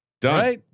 Done